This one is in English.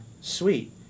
sweet